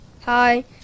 Hi